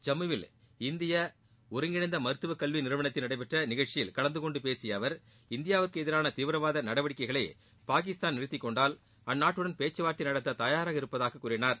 ஜம்முவில் இந்திய ஒருங்கிணைந்த மருத்துவ கல்வி நிறுவனத்தில் நடைபெற்ற நிகழ்ச்சியில் கலந்து கொண்டு பேசிய அவர் இந்தியாவிற்கு எதிரான தீவிரவாத நடவடிக்கைகளை பாகிஸ்தான் நிறுத்தி கொண்டால் அந்நாட்டுடன் பேச்சுவார்த்தை நடத்த தயாராக இருப்பதாக கூறினார்